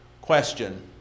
question